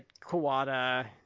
Kawada